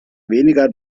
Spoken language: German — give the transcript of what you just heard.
weniger